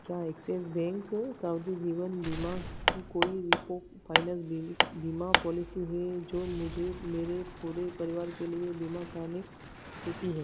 क्या Axis Bank सावधि जीवन बीमा की कोई रिपो फाइनेंस बीमा पॉलिसी है जो मुझे मेरे पूरे परिवार के लिए बीमा कराने देती है